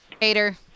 hater